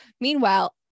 Meanwhile